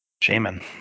Shaman